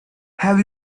have